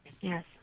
Yes